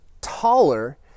taller